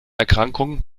erkrankung